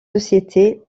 sociétés